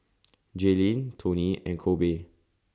Jalyn Toney and Kobe